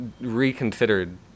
reconsidered